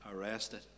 arrested